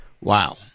Wow